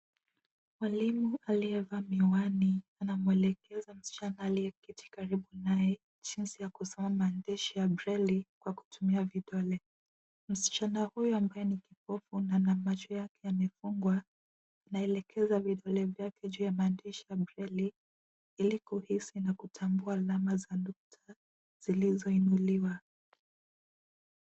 Mwalimu aliye vaa miwani anamwelekeza msichana aliyeketi karibu naye jinsi ya kusoma maandishi ya {cs} braille{cs} kwa kutumia vidole. Msichana huyo ambaye ni kipofu na macho yake yamefungwa anaelekeza vidole vyake juu ya maandishi ya {cs} braille{cs} ili kuhisi na kutambua alama za nukta zilizo inuliwa.